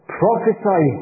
prophesy